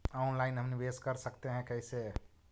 Online हम निवेश कर सकते है, कैसे?